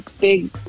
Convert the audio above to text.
big